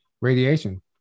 radiation